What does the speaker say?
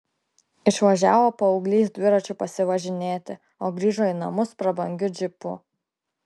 išvažiavo paauglys dviračiu pasivažinėti o grįžo į namus prabangiu džipu